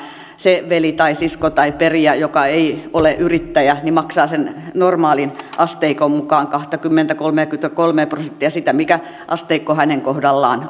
se veli tai sisko tai perijä joka ei ole yrittäjä maksaa sen normaalin asteikon mukaan kahtakymmentä kolmeakymmentäkolmea prosenttia sitä mikä asteikko hänen kohdallaan